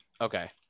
Okay